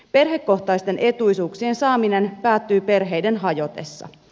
perhekohtaisten etuisuuksien saaminen päättyy perheiden hajotessa